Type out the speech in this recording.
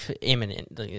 imminent